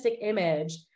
image